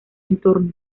entorno